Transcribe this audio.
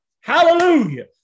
Hallelujah